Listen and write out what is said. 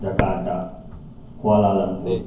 Jakarta Kuala Lumpur